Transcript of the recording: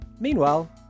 Meanwhile